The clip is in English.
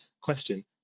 question